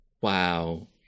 Wow